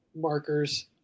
markers